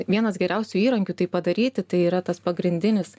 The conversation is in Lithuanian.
vienas geriausių įrankių tai padaryti tai yra tas pagrindinis